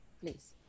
Please